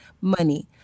money